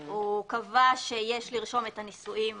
הוא קבע שיש לרשום את הנישואים